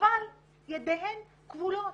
אבל ידיהם כבולות.